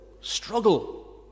struggle